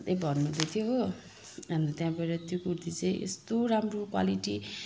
भन्दै भन्नु हुँदै थियो हो अन्त त्यहाँ गएर त्यो कुर्ती चाहिँ यस्तो राम्रो क्वालिटी